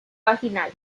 vaginal